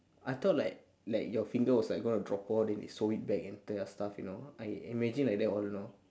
I thought like like your finger was like gonna drop off then they sew it back into your stuff you know I imagine like that all along